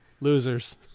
losers